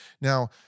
Now